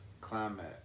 climate